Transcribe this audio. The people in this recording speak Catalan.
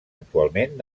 actualment